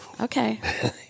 Okay